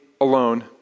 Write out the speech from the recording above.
alone